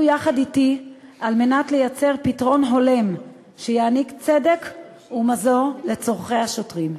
יחד אתי על מנת לייצר פתרון הולם שיעניק צדק ומזור לצורכי השוטרים.